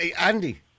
andy